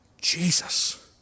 Jesus